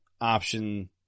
option